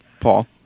Paul